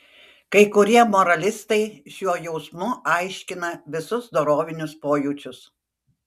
kai kurie moralistai šiuo jausmu aiškina visus dorovinius pojūčius